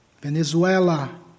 Venezuela